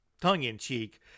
tongue-in-cheek